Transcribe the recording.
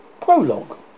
Prologue